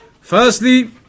Firstly